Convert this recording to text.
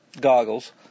goggles